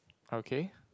okay